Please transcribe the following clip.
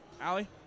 Allie